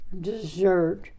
dessert